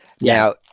now